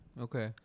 okay